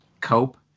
cope